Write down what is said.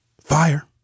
Fire